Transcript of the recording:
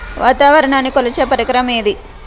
వాతావరణాన్ని కొలిచే పరికరం ఏది?